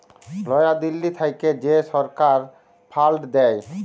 লয়া দিল্লী থ্যাইকে যে ছরকার ফাল্ড দেয়